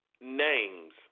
names